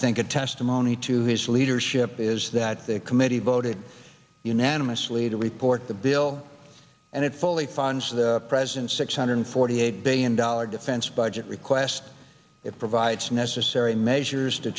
think a testimony to his leadership is that the committee voted unanimously to report the bill and it fully funds the president's six hundred forty eight billion dollars defense budget request it provides necessary measures to